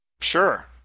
Sure